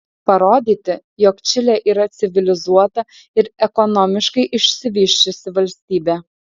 parodyti jog čilė yra civilizuota ir ekonomiškai išsivysčiusi valstybė